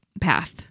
path